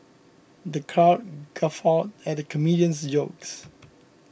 the crowd guffawed at the comedian's jokes